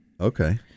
Okay